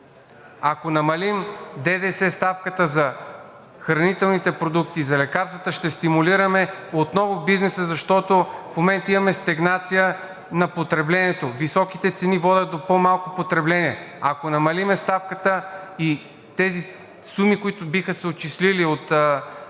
ако намалим ДДС ставката за хранителните продукти, за лекарствата, ще стимулираме отново бизнеса, защото в момента имаме стагнация на потреблението. Високите цени водят до по малко потребление. Ако намалим ставката и тези суми, които биха се отчислили от бюджета,